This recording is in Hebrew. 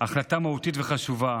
החלטה מהותית וחשובה.